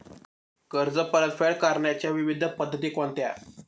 कर्ज परतफेड करण्याच्या विविध पद्धती कोणत्या?